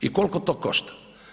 I koliko to košta?